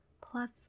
plus